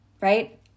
right